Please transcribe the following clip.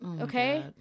Okay